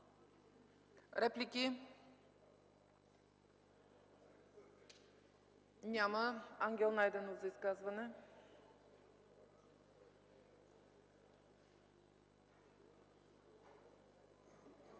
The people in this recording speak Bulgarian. Реплики? Няма. Ангел Найденов – за изказване.